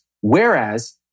Whereas